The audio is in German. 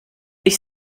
ich